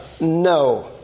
No